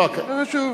לא חשוב.